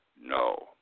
no